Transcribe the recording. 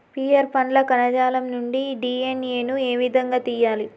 Pear పండ్ల కణజాలం నుండి డి.ఎన్.ఎ ను ఏ విధంగా తియ్యాలి?